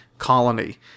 colony